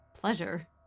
pleasure